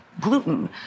gluten